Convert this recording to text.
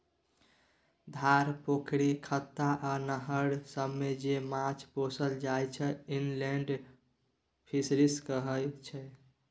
धार, पोखरि, खत्ता आ नहर सबमे जे माछ पोसल जाइ छै इनलेंड फीसरीज कहाय छै